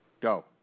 Go